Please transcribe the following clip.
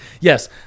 Yes